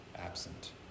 absent